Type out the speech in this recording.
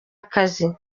akazi